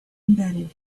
embedded